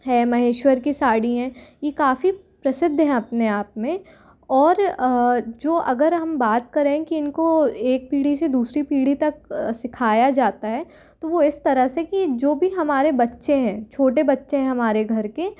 है महेश्वर की साड़ी हैं ये काफ़ी प्रसिद्ध है अपने आप में और जो अगर हम बात करें कि इनको एक पीढ़ी से दूसरी पीढ़ी तक सिखाया जाता है तो वो इस तरह से की जो भी हमारे बच्चे हैं छोटे बच्चे है हमारे घर के